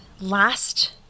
last